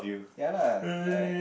ya lah I